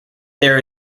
there